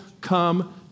come